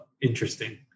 interesting